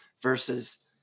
versus